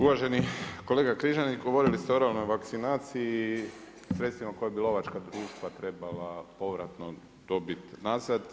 Uvaženi kolega Križanić, govorili ste o oralnoj vakcinaciji i sredstvima koja bi lovačka društva trebala povratno dobiti nazad.